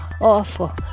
awful